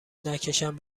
نکشن